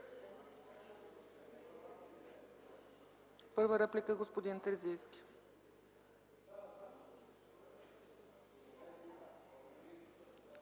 продължение